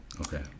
Okay